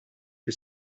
che